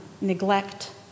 neglect